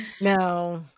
no